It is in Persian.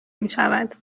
میشود